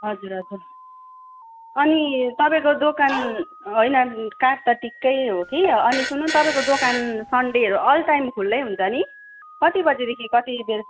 हजुर हजुर अनि तपाईँको दोकान होइन काठ त टिककै हो कि अनि सुन्नु न तपाईँको दोकान सनडेहरू अल टाइम खुल्लै हुन्छ नि कति बजीदेखि कति बेला